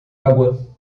água